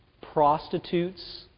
prostitutes